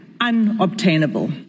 unobtainable